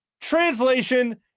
Translation